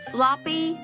Sloppy